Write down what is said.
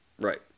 Right